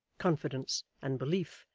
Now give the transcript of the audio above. confidence, and belief,